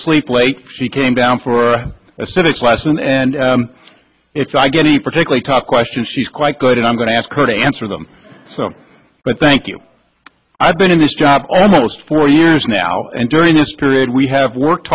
sleep late she came down for a civics lesson and if i get any particularly tough questions she's quite good and i'm going to ask her to answer them but thank you i've been in this job almost four years now and during this period we have worked